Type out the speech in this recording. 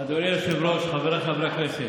אדוני היושב-ראש, חבריי חברי הכנסת,